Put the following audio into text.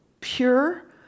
pure